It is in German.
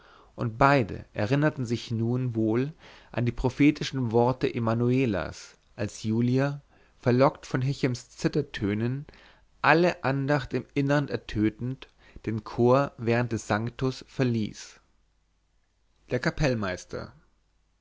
und beide erinnerten sich nun wohl an die prophetischen worte emanuelas als julia verlockt von hichems zithertönen alle andacht im innern ertötend den chor während des sanctus verließ der kapellmeister